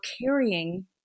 carrying